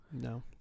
No